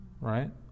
Right